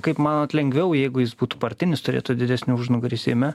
kaip manot lengviau jeigu jis būtų partinis turėtų didesnį užnugarį seime